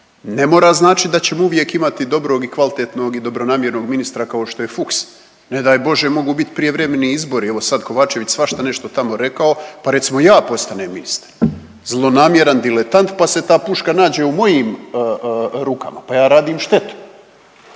Ne mora značiti da ćemo uvijek imati dobrog i kvalitetnog i dobronamjernog ministra kao što je Fuchs. Ne daj bože mogu biti prijevremeni izbori, evo sad Kovačević svašta nešto tamo rekao, pa recimo ja postanem ministar zlonamjeran diletant pa se ta puška nađe u mojim rukama, pa ja radim štetu.